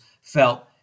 felt